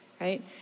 Right